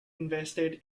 invested